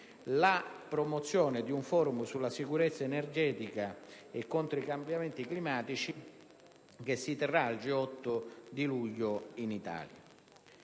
la promozione di un *fo**rum* sulla sicurezza energetica e contro i cambiamenti climatici che si terrà nel corso del G8 di luglio in Italia.